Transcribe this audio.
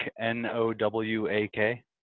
N-O-W-A-K